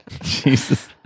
Jesus